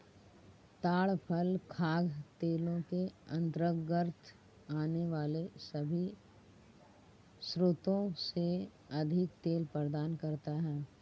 ताड़ फल खाद्य तेलों के अंतर्गत आने वाले सभी स्रोतों से अधिक तेल प्रदान करता है